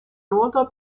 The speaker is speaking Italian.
noto